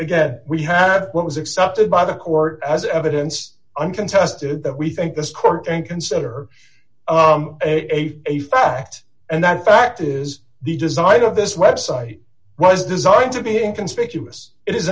again we have what was accepted by the court as evidence uncontested that we think this court and consider a fact and that fact is the design of this website was designed to being conspicuous it is